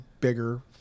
bigger